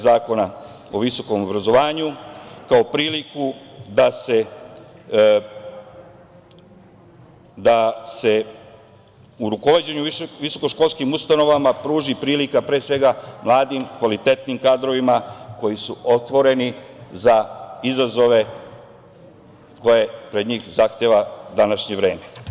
Zakona o visokom obrazovanju kao priliku da se u rukovođenju visokoškolskim ustanovama pruži prilika pre svega mladim, kvalitetnim kadrovima koji su otvoreni za izazove koje pred njih zahteva današnje vreme.